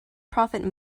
profit